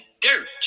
dirt